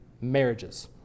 marriages